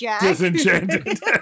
disenchanted